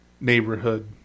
neighborhood